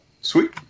Sweet